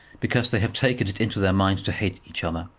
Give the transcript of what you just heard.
because they have taken it into their minds to hate each other.